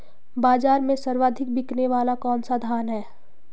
बाज़ार में सर्वाधिक बिकने वाला कौनसा धान है?